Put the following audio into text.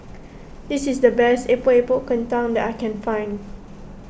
this is the best Epok Epok Kentang that I can find